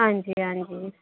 हां जी हां जी